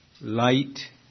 light